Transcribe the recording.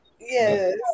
Yes